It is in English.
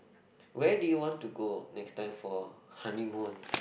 where do you want to go next time for a honeymoon